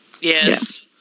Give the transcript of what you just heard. Yes